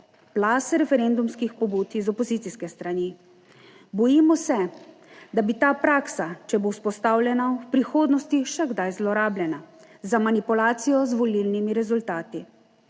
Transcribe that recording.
plaz referendumskih pobud iz opozicijske strani. Bojimo se, da bi ta praksa, če bo vzpostavljena v prihodnosti še kdaj zlorabljena za manipulacijo z volilnimi rezultati,